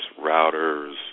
routers